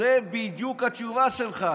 זו בדיוק התשובה שלך.